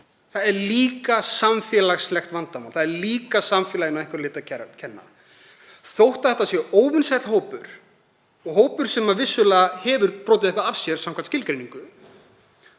Það er líka samfélagslegt vandamál. Það er líka samfélaginu að einhverju leyti að kenna. Þótt þetta sé óvinsæll hópur og hópur sem vissulega hefur brotið af sér samkvæmt skilgreiningu